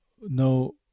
no